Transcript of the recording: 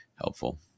helpful